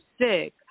sick